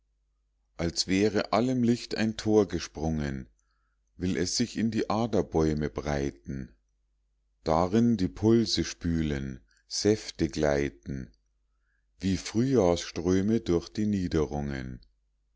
als wäre allem licht ein tor gesprungen will es sich in die aderbäume breiten darin die pulse spülen säfte gleiten wie frühjahrströme durch die niederungen